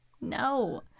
No